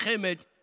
בית מוריה,